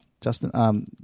Justin